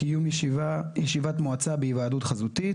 קיום ישיבת מועצה בהיוודעות חזותית.